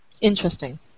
Interesting